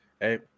Hey